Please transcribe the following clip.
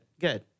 Good